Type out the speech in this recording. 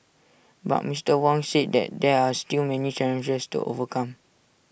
but Mister Wong said that there are still many challenges to overcome